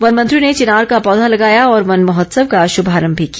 one मंत्री ने चिनार का पौधा लगाकर वन महोत्सव का शुभारम्भ भी किया